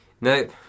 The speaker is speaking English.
Nope